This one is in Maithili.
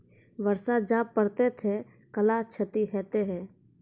बरसा जा पढ़ते थे कला क्षति हेतै है?